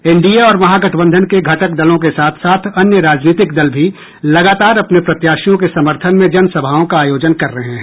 NDA और महागठबंधन के घटक दलों के साथ साथ अन्य राजनीतिक दल भी लगातार अपने प्रत्याशियों के समर्थन में जनसभाओं का आयोजन कर रहे हैं